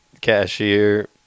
cashier